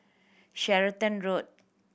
Stratton Road